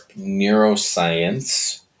neuroscience